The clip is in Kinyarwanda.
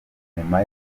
inyuma